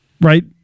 Right